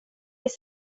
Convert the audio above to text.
vill